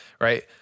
right